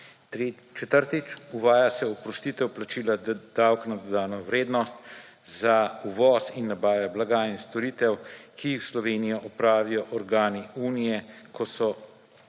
Četrtič; uvaja se oprostitev plačila davka na dodano vrednost za uvoz in nabave blaga in storitev, ki jih v Slovenijo opravijo organi unije, ko so